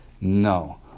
No